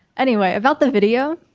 anyway about the video,